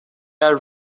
are